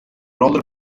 roller